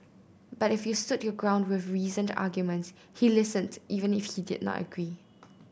but if you stood your ground with reasoned arguments he listened even if he did not agree